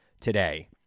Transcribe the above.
today